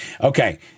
Okay